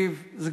מס'